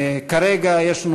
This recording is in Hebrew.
כרגע יש לנו